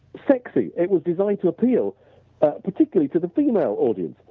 sexy. it was designed to appeal particularly to the female audience.